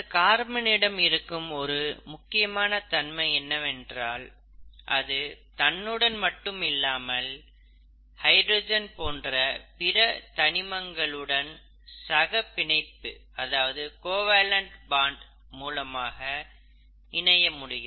இந்த கார்பனிடம் இருக்கும் ஒரு முக்கியமான தன்மை என்னவென்றால் அது தன்னுடன் மட்டும் இல்லாமல் ஹைட்ரஜன் போன்ற பிற தனிமங்களுடனும் சக பிணைப்பின் மூலம் இணைய முடியும்